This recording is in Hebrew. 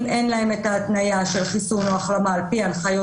אם אין להם את ההתניה של חיסון או החלמה על-פי הנחיות